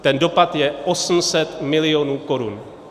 Ten dopad je 800 milionů korun.